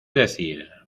decir